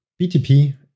BTP